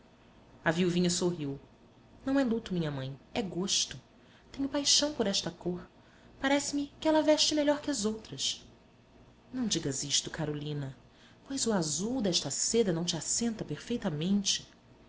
a viuvinha sorriu não é luto minha mãe é gosto tenho paixão por esta cor parece-me que ela veste melhor que as outras não digas isto carolina pois o azul desta seda não te assenta perfeitamente